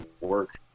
work